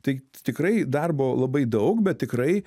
tai tikrai darbo labai daug bet tikrai